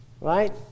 Right